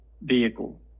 vehicle